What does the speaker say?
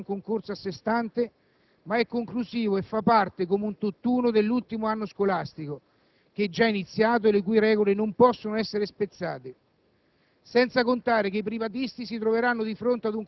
E' decisivo in proposito anche ricordare che l'esame non è un concorso a se stante, ma è conclusivo e fa parte, come un tutt'uno, dell'ultimo anno scolastico, che è già iniziato e le cui regole non possono essere spezzate.